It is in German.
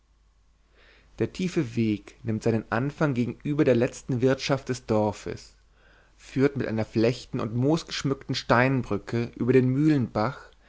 der tiefe weg nimmt seinen anfang gegenüber der letzten wirtschaft des dorfes führt mit einer flechten und moosgeschmückten steinbrücke über den mühlenbach